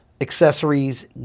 accessories